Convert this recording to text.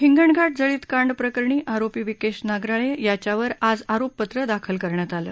हिंगणघाट जळितकांड प्रकरणी आरोपी विकेश नगराळे याच्यावर आज आरोपपत्र दाखल करण्यात आलं